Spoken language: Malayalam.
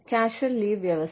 കാഷ്വൽ ലീവ് വ്യവസ്ഥ